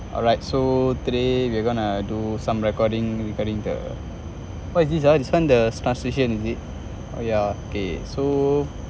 alright so today we're gonna do some recording regarding the what is this ah this one the star station is it oh yeah okay so